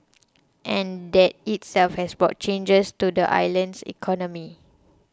and that itself has brought changes to the island's economy